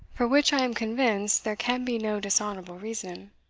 for which, i am convinced, there can be no dishonourable reason.